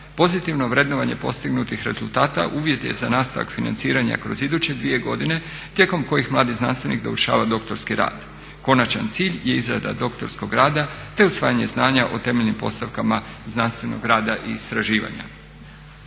pozitivno vrednovanje postignutih rezultata, uvjete za nastavak financiranja kroz iduće dvije godine tijekom kojih mladi znanstvenik dovršava doktorski rad. Konačan cilj je izrada doktorskog rada te usvajanje znanja o temeljnim postavkama znanstvenog rada i istraživanja.